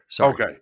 Okay